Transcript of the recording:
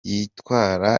yitwara